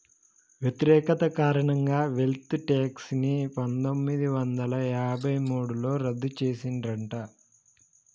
వ్యతిరేకత కారణంగా wealth tax ని పందొమ్మిది వందల యాభై మూడులో రద్దు చేసిండ్రట